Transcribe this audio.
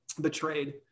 betrayed